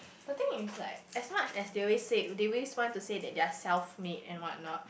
the thing is like as much as they will say they will want to say that they are self made and why not